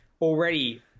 already